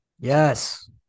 Yes